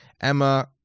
Emma